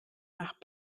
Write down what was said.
nach